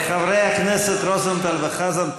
חברי הכנסת רוזנטל וחזן,